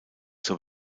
zur